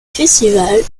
festival